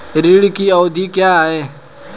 ऋण की अवधि क्या है?